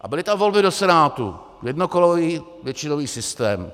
A byly to volby do Senátu, jednokolový většinový systém.